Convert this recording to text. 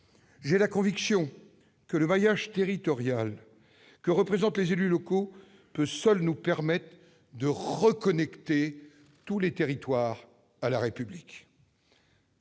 J'ai la conviction que le maillage territorial que représentent les élus locaux peut seul nous permettre de « reconnecter » tous les territoires à la République.